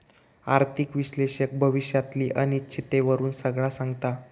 आर्थिक विश्लेषक भविष्यातली अनिश्चिततेवरून सगळा सांगता